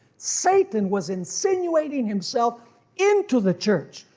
satan was insinuating himself into the church,